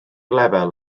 lefel